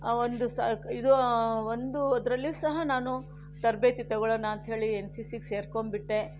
ಆ ಒಂದು ಸ ಇದು ಒಂದು ಅದರಲ್ಲಿಯೂ ಸಹ ನಾನು ತರಬೇತಿ ತಗೊಳ್ಳೋಣ ಅಂತೇಳಿ ಎನ್ ಸಿ ಸಿಗೆ ಸೇರ್ಕೊಂಡ್ಬಿಟ್ಟೆ